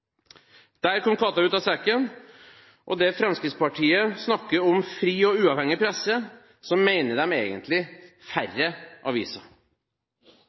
Der kom katta ut av sekken. Når Fremskrittspartiet snakker om en fri og uavhengig presse, så mener de egentlig færre aviser.